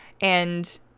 and-